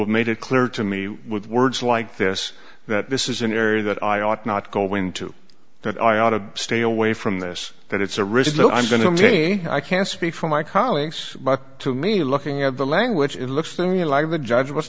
have made it clear to me with words like this that this is an area that i ought not go into that i ought to stay away from this that it's a risk though i'm going to say i can't speak for my colleagues but to me looking at the language it looks to me like the judge was